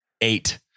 eight